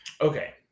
Okay